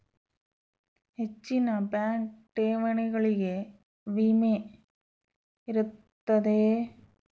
ಹೆಚ್ಚಿನ ಬ್ಯಾಂಕ್ ಠೇವಣಿಗಳಿಗೆ ವಿಮೆ ಇರುತ್ತದೆಯೆ?